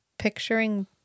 picturing